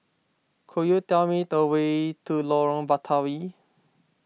could you tell me the way to Lorong Batawi